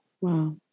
Wow